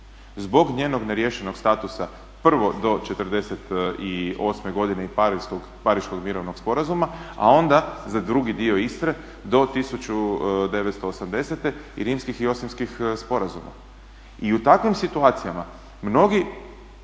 zbog njenog neriješenog statusa, prvo do '48.godine i Pariškog mirovnog sporazuma, a onda za drugi dio Istre do 1980.-te i Rimskih i Osimskih sporazuma. I u takvim situacijama mnogi